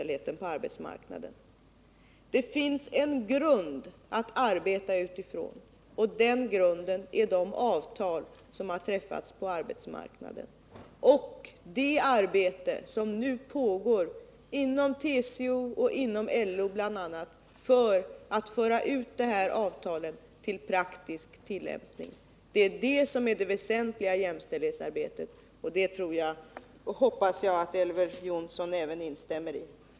Det finns en grund att arbeta utifrån, och den är de avtal som har träffats på arbetsmarknaden och det arbete som nu pågår inom bl.a. TCO och LO för att föra ut avtalen i praktisk tillämpning. Det är det som är det väsentliga jämställdhetsarbetet. Det hoppas jag att Elver Jonsson instämmer i.